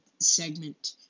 segment